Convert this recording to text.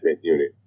Unit